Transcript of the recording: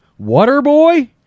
Waterboy